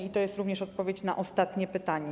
I to jest również odpowiedź na ostatnie pytanie.